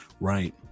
right